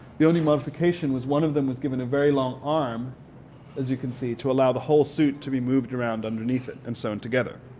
the only modification was one of them was given a very long arm as you can see to allow the whole suit to be moved around underneath it and sewn together.